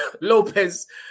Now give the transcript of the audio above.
Lopez